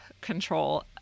control